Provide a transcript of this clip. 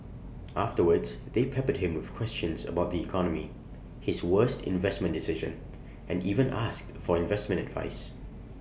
afterwards they peppered him with questions about the economy his worst investment decision and even asked for investment advice